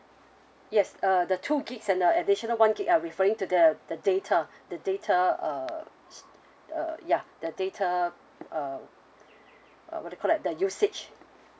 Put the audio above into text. yes uh the two gigs and the additional one gig are referring to the the data the data uh it's uh ya the data uh uh what you call that the usage